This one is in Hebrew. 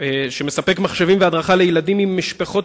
שמספק מחשבים והדרכה לילדים ממשפחות